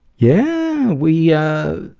yeah, we ah,